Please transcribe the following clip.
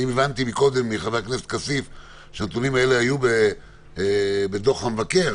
הבנתי קודם מחבר הכנסת כסיף שהנתונים האלה היו בדוח המבקר,